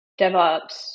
devops